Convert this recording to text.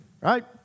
right